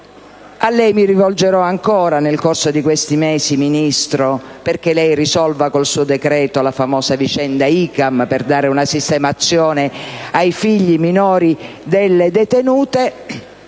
A lei mi rivolgerò ancora nel corso di questi mesi, signor Ministro, perché lei risolva con un suo decreto la famosa vicenda degli ICAM, per dare una sistemazione ai figli minori delle detenute,